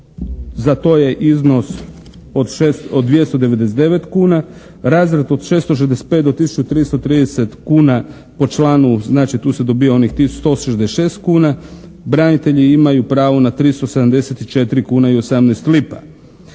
Za to je iznos od 299 kuna. Razred od 665 do 1330 kuna po članu. Znači, tu se dobiva onih 166 kuna. Branitelji imaju pravo na 374 kune i 18 lipa.